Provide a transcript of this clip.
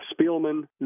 Spielman